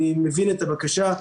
אני מבין את הבקשה.